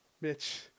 Mitch